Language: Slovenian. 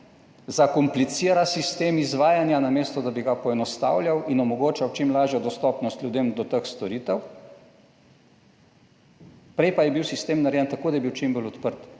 zakomplicira sistem izvajanja namesto, da bi ga poenostavljal in omogočal čim lažjo dostopnost ljudem do teh storitev, prej pa je bil sistem narejen tako, da je bil čim bolj odprt